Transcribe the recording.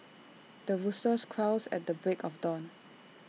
the rooster crows at the break of dawn